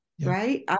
right